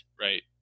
right